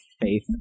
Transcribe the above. Faith